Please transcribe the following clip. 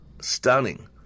Stunning